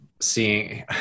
seeing